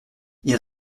ils